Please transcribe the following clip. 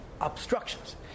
obstructions